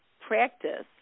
practice